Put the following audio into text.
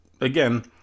again